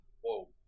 Whoa